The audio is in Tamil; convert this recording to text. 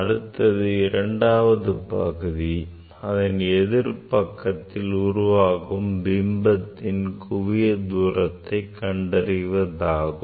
அடுத்தது இரண்டாவது பகுதி அதன் எதிர்பக்கத்தில் உருவாகும் பிம்பத்தின் குவிய தூரத்தைக் கண்டறிவதாகும்